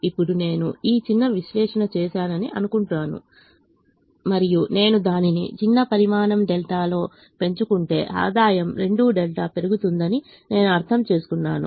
ఇప్పుడు నేను ఈ చిన్న విశ్లేషణ చేశానని అనుకుంటాను మరియు నేను దానిని చిన్న పరిమాణం 𝛿 లో పెంచుకుంటే ఆదాయం 2𝛿 పెరుగుతుందని నేను అర్థం చేసుకున్నాను